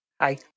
Hi